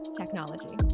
technology